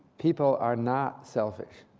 people are not selfish.